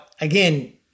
again